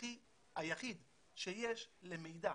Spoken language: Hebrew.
היחיד שיש למידע,